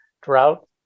drought